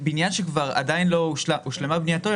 בניין שעדיין לא הושלמה בנייתו,